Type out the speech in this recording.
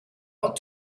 out